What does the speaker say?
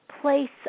place